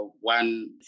one